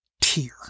tier